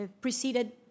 preceded